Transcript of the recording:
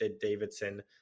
Davidson